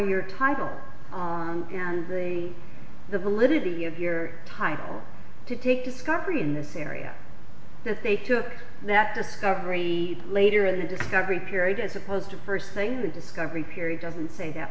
your title and re the validity of your title to take discovery in this area that they took that discovery later in the discovery period as opposed to first saying the discovery period doesn't say that